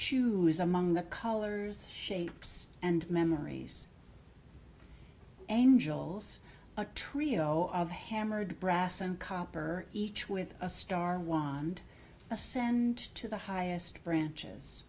choose among the colors shapes and memories angels a trio of hammered brass and copper each with a star and ascend to the highest branches